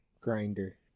Grinder